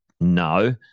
no